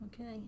okay